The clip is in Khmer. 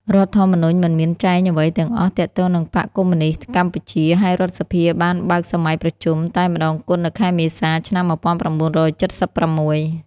រដ្ឋធម្មនុញ្ញមិនមានចែងអ្វីទាំងអស់ទាក់ទងនឹងបក្សកុម្មុយនីស្តកម្ពុជា ហើយរដ្ឋសភាបានបើកសម័យប្រជុំ តែម្តងគត់នៅខែមេសា ឆ្នាំ១៩៧៦ ។